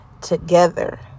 together